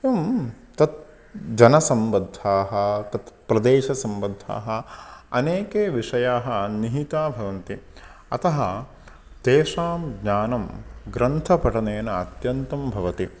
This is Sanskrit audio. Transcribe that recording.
एवं तत् जनसम्बद्धाः तत् प्रदेशसम्बद्धाः अनेके विषयाः निहिताः भवन्ति अतः तेषां ज्ञानं ग्रन्थपठनेन अत्यन्तं भवति